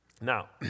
Now